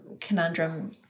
conundrum